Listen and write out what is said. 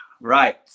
Right